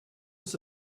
was